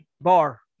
bar